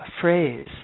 phrase